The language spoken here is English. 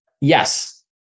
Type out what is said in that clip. yes